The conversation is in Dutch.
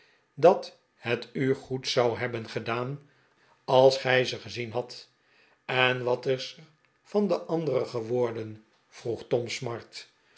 dat het u goed zou hebben gedaan als gij ze gezien hadt en wat is er van de andere geworden vroeg tom smart